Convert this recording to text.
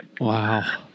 Wow